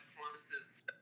performances